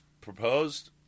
proposed